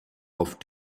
auf